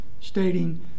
stating